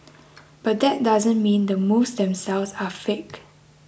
but that doesn't mean the moves themselves are fake